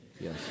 yes